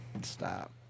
Stop